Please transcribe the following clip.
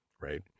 right